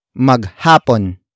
Maghapon